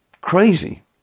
Crazy